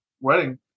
wedding